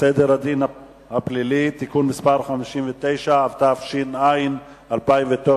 סדר הדין הפלילי (תיקון מס' 59), התש"ע 2009,